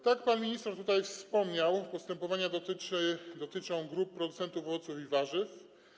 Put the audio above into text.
Tak jak pan minister tutaj wspomniał, postępowania dotyczą grup producentów owoców i warzyw.